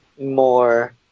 more